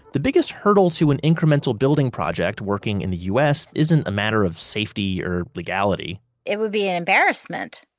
the biggest hurdle to an incremental building project working in the us isn't a matter of safety or legality it would be an embarrassment,